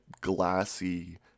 glassy